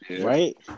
right